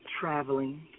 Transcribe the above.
traveling